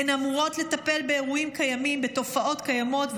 הן אמורות לטפל באירועים קיימים, בתופעות קיימות.